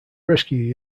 rescue